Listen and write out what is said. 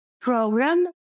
program